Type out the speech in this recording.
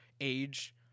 age